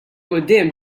quddiem